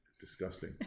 disgusting